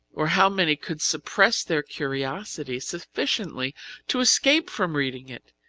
or how many could suppress their curiosity sufficiently to escape from reading it,